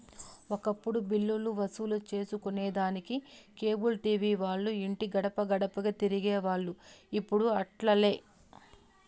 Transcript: ఒకప్పుడు బిల్లులు వసూలు సేసుకొనేదానికి కేబుల్ టీవీ వాల్లు ఇంటి గడపగడపకీ తిరిగేవోల్లు, ఇప్పుడు అట్లాలే